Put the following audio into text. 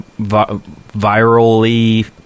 virally